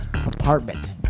Apartment